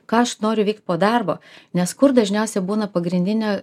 ką aš noriu veikt po darbo nes kur dažniausiai būna pagrindinė